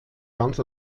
ganz